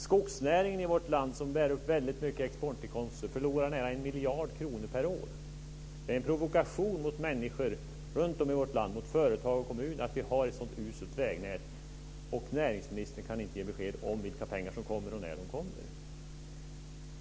Skogsnäringen i vårt land, som bär upp mycket exportinkomster, förlorar nära 1 miljard kronor per år. Det är en provokation mot människor, företag och kommuner i vårt land att ha ett så uselt vägnät. Näringsministern kan inte ge besked om vilka pengar som kommer och när de kommer.